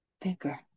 bigger